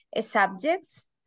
subjects